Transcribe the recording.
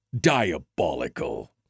Diabolical